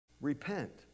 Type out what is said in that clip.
Repent